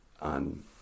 on